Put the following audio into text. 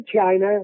China